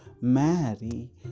marry